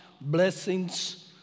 blessings